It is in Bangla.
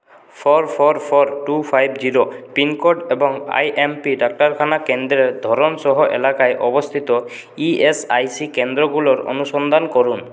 four four four two five zero pincode এবং আই এম পি ডাক্তারখানা কেন্দ্রের ধরন সহ এলাকায় অবস্থিত ই এস আই সি কেন্দ্রগুলোর অনুসন্ধান করুন